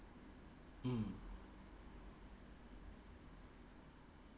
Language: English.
mm